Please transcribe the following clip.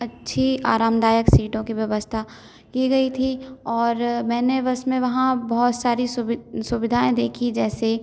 अच्छी आरामदायक सीटों की व्यवस्था की गई थी और मैंने बस में वहाँ बहुत सारी सुवि सुविधाएँ देखीं जैसे